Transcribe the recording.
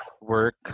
work